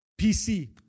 PC